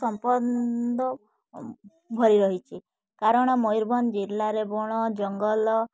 ସମ୍ପନ୍ଦ ଭରି ରହିଛି କାରଣ ମୟୂରଭଞ୍ଜ ଜିଲ୍ଲାରେ ବଣ ଜଙ୍ଗଲ